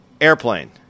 Airplane